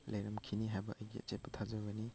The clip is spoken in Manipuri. ꯂꯩꯔꯝꯈꯤꯅꯤ ꯍꯥꯏꯕ ꯑꯩꯒꯤ ꯑꯆꯦꯠꯄ ꯊꯥꯖꯕꯅꯤ